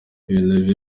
ibintu